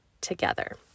together